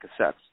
cassettes